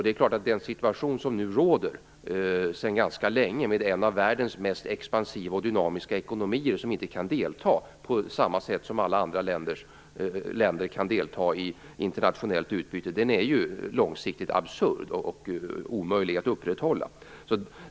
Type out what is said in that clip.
Den situation som nu råder sedan ganska länge, med en av världens mest expansiva och dynamiska ekonomier som inte kan delta på samma sätt som alla andra länder i internationellt utbyte, är långsiktigt absurd och omöjlig att upprätthålla.